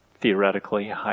theoretically